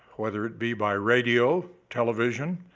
whether it be by radio, television,